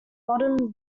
modern